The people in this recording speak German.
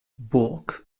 bourg